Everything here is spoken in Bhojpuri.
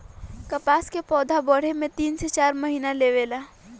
कपास के पौधा बढ़े में तीन से चार महीना लेवे ला